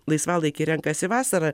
laisvalaikį renkasi vasarą